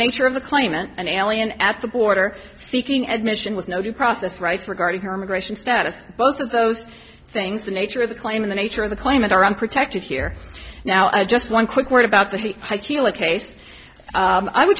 then sure of the claimant an alien at the border seeking admission with no due process rights regarding her immigration status both of those things the nature of the claim in the nature of the claimant are unprotected here now just one quick word about the i would